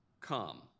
come